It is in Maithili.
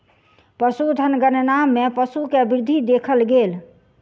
पशुधन गणना मे पशु के वृद्धि देखल गेल